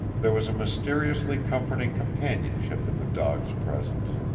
there was a mysteriously comforting companionship in the dog's presence.